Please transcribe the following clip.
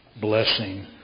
blessing